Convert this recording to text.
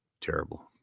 Terrible